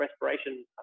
respiration